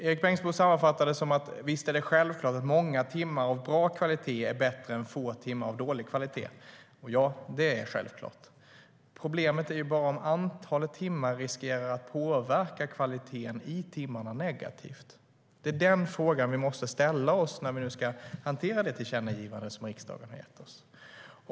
Erik Bengtzboe sammanfattar det som att det är självklart att många timmar av bra kvalitet är bättre än få timmar av dålig kvalitet. Ja, det är självklart. Problemet är bara om antalet timmar riskerar att påverka kvaliteten i timmarna negativt. Det är den frågan vi måste ställa oss när vi nu ska hantera det tillkännagivande som riksdagen har gett oss.